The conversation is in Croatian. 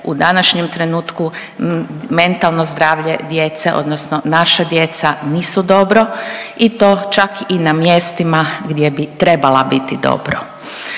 u današnjem trenutku mentalno zdravlje djece odnosno naša djeca nisu dobro i to čak i na mjestima gdje bi trebala biti dobro.